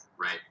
Right